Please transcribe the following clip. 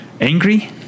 angry